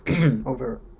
over